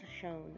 shown